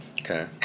Okay